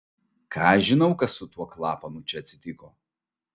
ką aš žinau kas su tuo klapanu čia atsitiko